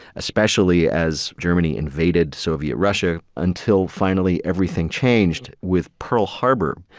especially as germany invaded soviet russia, until finally everything changed with pearl harbor.